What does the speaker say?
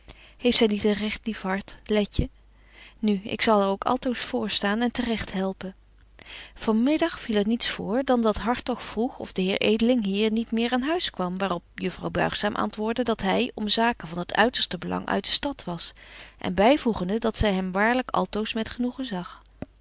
zy niet een recht lief hart letje nu ik zal haar ook altoos voorstaan en te regt helpen van middag viel er niets voor dan dat hartog vroeg of de heer edeling hier niet meer aan huis kwam waar op juffrouw buigzaam antwoordde dat hy om zaken van het uiterste belang uit de stad was er byvoegende dat zy hem waarlyk altoos met genoegen zag